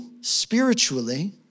spiritually